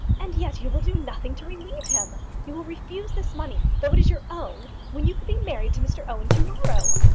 and yet you will do nothing to relieve him? you will refuse this money, though it is your own, when you could be married to mr owen to-morrow?